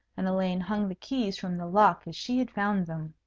and elaine hung the keys from the lock as she had found them.